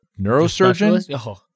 neurosurgeon